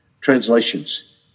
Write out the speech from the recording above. translations